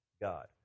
God